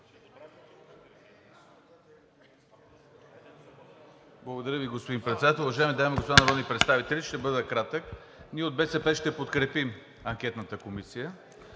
Благодаря Ви, господин Председател. Уважаеми дами и господа народни представители! Ще бъда кратък. Ние от БСП ще подкрепим анкетната комисия.